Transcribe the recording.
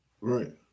Right